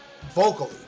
vocally